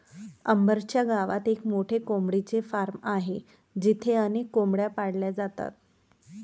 अंबर च्या गावात एक मोठे कोंबडीचे फार्म आहे जिथे अनेक कोंबड्या पाळल्या जातात